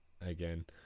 again